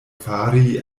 fari